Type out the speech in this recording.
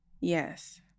Yes